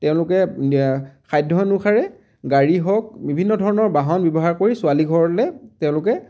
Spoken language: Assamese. তেওঁলোকে সাধ্য অনুসাৰে গাড়ী হওক বিভিন্ন ধৰণৰ বাহন ব্যৱহাৰ কৰি ছোৱালীঘৰলৈ তেওঁলোকে